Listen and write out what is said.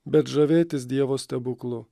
bet žavėtis dievo stebuklu